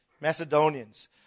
Macedonians